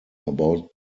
about